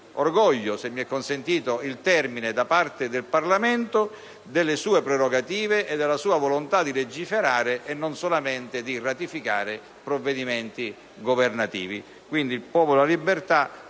orgoglio, se mi è consentito il termine, da parte del Parlamento, delle sue prerogative e della sua volontà di legiferare e non solamente di ratificare provvedimenti governativi.